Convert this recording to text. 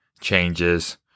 changes